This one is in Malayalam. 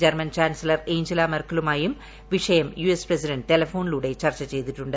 ജർമ്മൻ ചാൻസിലർ എയ്ഞ്ചല മെർക്കലുമായും വിഷയം യു എസ് പ്രസിഡന്റ് ടെലഫോണിലൂടെ ചർച്ചു ചെയ്തിട്ടുണ്ട്